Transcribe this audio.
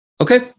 Okay